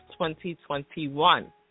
2021